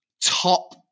top